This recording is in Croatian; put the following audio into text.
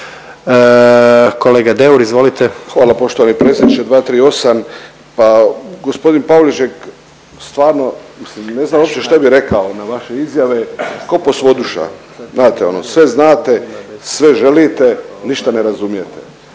**Deur, Ante (HDZ)** Hvala poštovani predsjedniče. 238., gospodin Pavliček stvarno mislim ne znam uopće šta bi rekao na vaše izjave, ko posvoduša znate ono sve znate, sve želite ništa ne razumijete.